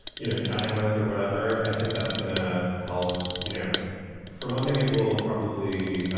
you know, chatting with or whatever. i think that's going to help, you know for one thing, it will probably,